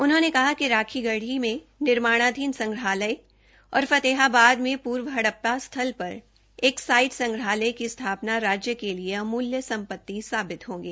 उन्होंने कहा कि राखीगढ़ी में निर्माणाधीन संग्रहालय और फतेहाबाद में पूर्व हड़प्पा स्थल पर एक साइट संग्रहालय की स्थापना राज्य के लिए अमुल्य संपत्ति साबित होंगे